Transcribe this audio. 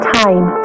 time